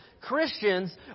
christians